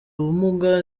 ubumuga